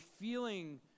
feeling